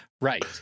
Right